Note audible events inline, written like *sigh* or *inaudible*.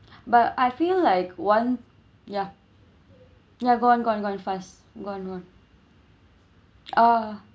*breath* but I feel like one ya ya gone gone gone fast gone gone uh